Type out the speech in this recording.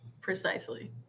precisely